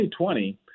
2020